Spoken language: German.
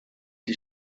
die